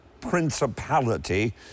principality